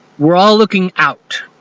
were ah looking out.